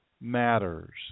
matters